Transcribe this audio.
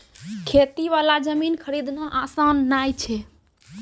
खेती वाला जमीन खरीदना आसान नय छै